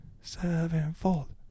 sevenfold